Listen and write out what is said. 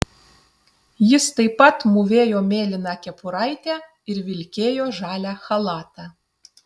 jis taip pat mūvėjo mėlyną kepuraitę ir vilkėjo žalią chalatą